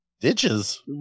Ditches